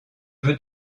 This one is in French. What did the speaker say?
veux